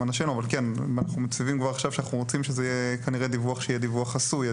אנשינו שאנחנו רוצים שזה כנראה יהיה דיווח שהוא חסוי.